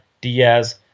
Diaz